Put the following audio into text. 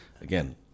again